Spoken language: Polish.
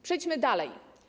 Przejdźmy dalej.